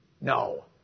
No